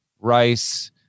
Rice